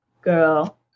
girl